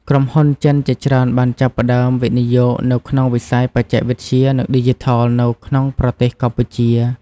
ក្រុមហ៊ុនចិនជាច្រើនបានចាប់ផ្តើមវិនិយោគនៅក្នុងវិស័យបច្ចេកវិទ្យានិងឌីជីថលនៅក្នុងប្រទេសកម្ពុជា។